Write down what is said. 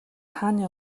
хааны